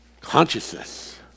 consciousness